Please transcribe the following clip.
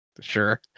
sure